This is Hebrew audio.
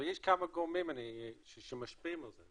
אבל יש כמה גורמים שמשפיעים על זה.